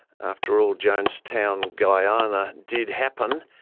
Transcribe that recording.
after all, jonestown guyana did happen.